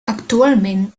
actualment